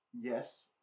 Yes